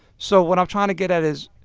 so what i'm trying to get at is,